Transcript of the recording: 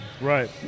Right